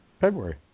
February